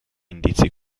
indizi